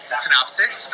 synopsis